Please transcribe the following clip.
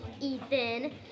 Ethan